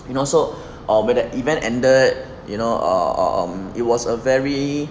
you know so err when the event ended you know err um it was a very